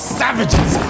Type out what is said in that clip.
savages